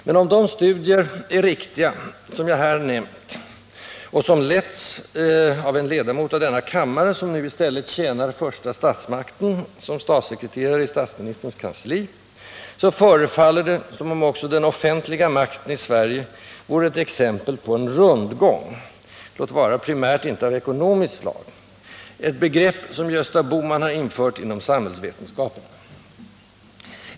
Men om resultaten av de nämnda studierna — som letts av en ledamot av denna kammare, som nu tjänar första statsmakten som statssekreterare i statsministerns kansli — är riktiga, så förefaller det som om också den offentliga makten i Sverige vore ett exempel på en ”rundgång” — låt vara primärt inte av ekonomiskt slag — ett begrepp, som Gösta Bohman har infört inom samhällsvetenskapen.